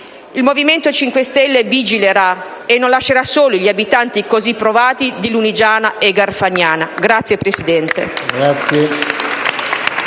Il Movimento 5 Stelle vigilerà e non lascerà soli gli abitanti, così provati, di Lunigiana e Garfagnana. Grazie, signor Presidente.